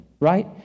right